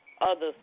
Others